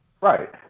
Right